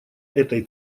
этой